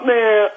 Man